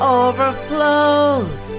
overflows